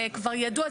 זה כבר ידוע,